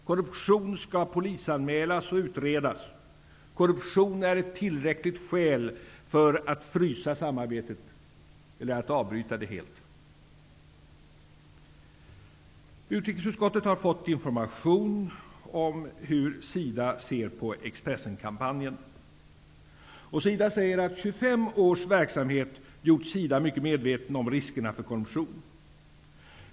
Korruption skall polisanmälas och utredas. Korruption är ett tillräckligt skäl för att frysa samarbetet eller att avbryta det helt. Utrikesutskottet har fått information om hur SIDA ser på Expressenkampanjen. SIDA säger att 25 års verksamhet gjort SIDA mycket medvetet om riskerna för korruption.